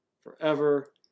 forever